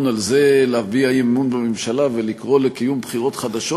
על זה להביע אי-אמון בממשלה ולקרוא לקיום בחירות חדשות,